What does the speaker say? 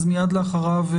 אז מייד אחריו.